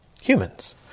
Humans